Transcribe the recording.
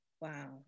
Wow